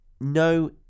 no